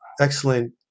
excellent